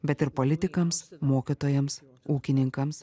bet ir politikams mokytojams ūkininkams